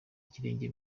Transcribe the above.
ikirenge